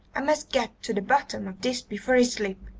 i must get to the bottom of this before i sleep!